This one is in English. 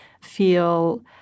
feel